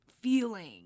feeling